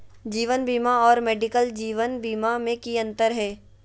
जीवन बीमा और मेडिकल जीवन बीमा में की अंतर है?